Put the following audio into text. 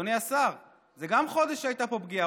אדוני השר, גם זה חודש שהייתה בו פגיעה.